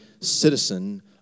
citizen